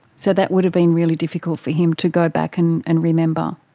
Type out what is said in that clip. so that would have been really difficult for him to go back and and remember.